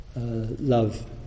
love